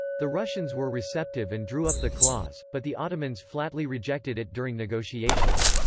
the russians were receptive and drew up the clause, but the ottomans flatly rejected it during negotiations.